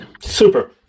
super